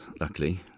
luckily